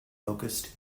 focused